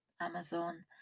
amazon